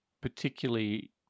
particularly